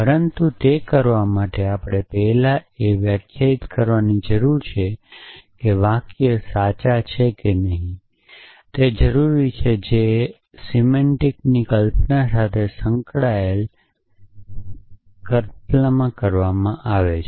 પરંતુ તે કરવા માટે આપણે પહેલા એ વ્યાખ્યાયિત કરવાની જરૂર છે કે વાક્ય સાચા છે કે નહીં તે જરૂરી છે જે અર્થની કલ્પના સાથે સંકળાયેલ સિમેન્ટિક્સની કલ્પનામાં કરવામાં આવે છે